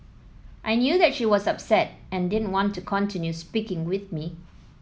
I knew that she was upset and didn't want to continue speaking with me